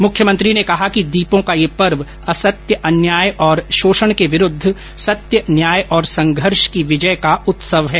मुख्यमंत्री ने कहा कि दीपों का यह पर्व असत्य अन्याय और शोषण के विरूद्व सत्य न्याय और संघर्ष की विजय का उत्सव है